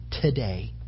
today